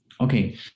okay